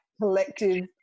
collective